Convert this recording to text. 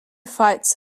fights